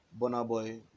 Bonaboy